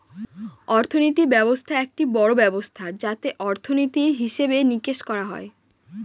অর্থনীতি ব্যবস্থা একটি বড়ো ব্যবস্থা যাতে অর্থনীতির, হিসেবে নিকেশ দেখা হয়